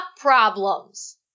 problems